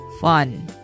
Fun